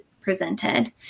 presented